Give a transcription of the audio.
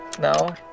No